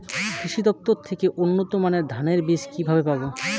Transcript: কৃষি দফতর থেকে উন্নত মানের ধানের বীজ কিভাবে পাব?